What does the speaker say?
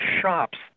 shops